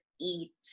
eat